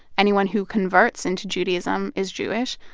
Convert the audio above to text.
anyone who converts into judaism is jewish.